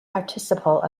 participle